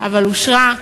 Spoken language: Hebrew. אבל אושרה,